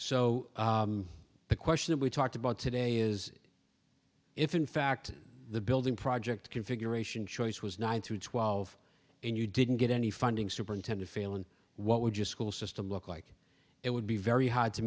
so the question we talked about today is if in fact the building project configuration choice was nine through twelve and you didn't get any funding superintended failing what would your school system look like it would be very hard to